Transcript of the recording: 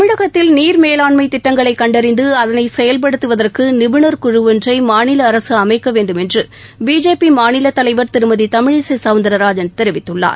தமிழகத்தில் நீர் மேலாண்மை திட்டங்களை கண்டறிந்து அதனை செயல்படுத்துவதற்கு நிபுணர் குழு ஒன்றை மாநில அரசு அமைக்க வேண்டும் என்று பிஜேபி மாநில தலைவர் திருமதி தமிழிசை சௌந்தரராஜன் தெரிவித்குள்ளார்